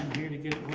here to get